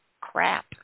crap